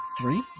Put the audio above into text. Three